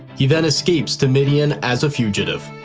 he then escapes to midian as a fugitive.